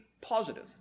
positive